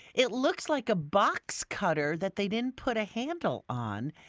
it looks like a box cutter that they didn't put a handle on.